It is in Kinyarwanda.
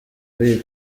w’iyi